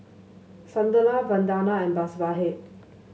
Sunderlal Vandana and Babasaheb